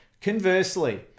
Conversely